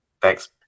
thanks